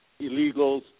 illegals